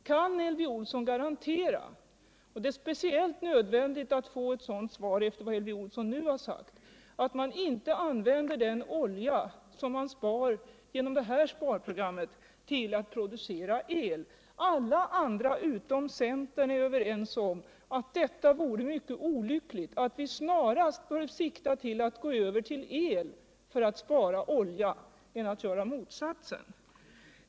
Kun Elvy Olsson garantera — det är speciellt nödvändigt att få ett svar på denna fråga efter vad Elvy Olsson nu har sagt — att man inte använder den olju som man sparar genom det här sparprogra mmet till att producera elektricitet? Alla utom centern är överens om att det vore mycket olyckligt och att vi snarast bör sikta till att gå över till el för att spara olja än till att göra motsatsen.